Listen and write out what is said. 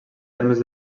termes